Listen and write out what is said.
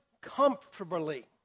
comfortably